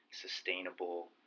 sustainable